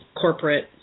corporate